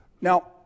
Now